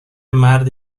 مرد